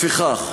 לפיכך,